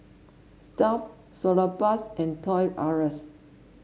Stuff'd Salonpas and Toys R Us